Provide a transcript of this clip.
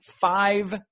five